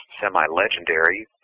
semi-legendary